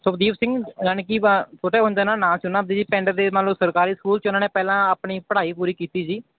ਸੁਭਦੀਪ ਸਿੰਘ ਜਾਣੀ ਕਿ ਵਾ ਛੋਟੇ ਹੁੰਦੇ ਉਹਨਾਂ ਨਾਂ ਚ ਉਹਨਾਂ ਆਪਦੇ ਜੀ ਪਿੰਡ ਦੇ ਮੰਨ ਲਓ ਸਰਕਾਰੀ ਸਕੂਲ 'ਚ ਉਹਨਾਂ ਨੇ ਪਹਿਲਾਂ ਆਪਣੀ ਪੜ੍ਹਾਈ ਪੂਰੀ ਕੀਤੀ ਜੀ